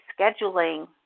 scheduling